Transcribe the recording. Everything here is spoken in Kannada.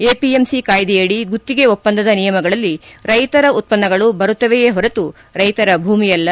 ಎಪಿಎಂಸಿ ಕಾಯ್ದೆಯಡಿ ಗುತ್ತಿಗೆ ಒಪ್ಪಂದದ ನಿಯಮಗಳಲ್ಲಿ ರೈತರ ಉತ್ಪನ್ನಗಳು ಬರುತ್ತವೆಯೇ ಹೊರತು ರೈತರ ಭೂಮಿಯಲ್ಲಿ